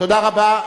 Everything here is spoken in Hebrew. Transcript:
תודה רבה.